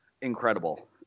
incredible